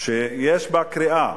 שיש בה קריאה,